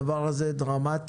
הדבר הזה דרמטי,